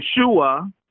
Yeshua